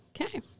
Okay